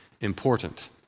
important